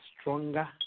stronger